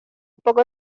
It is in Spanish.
poco